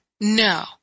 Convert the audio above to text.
no